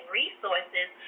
resources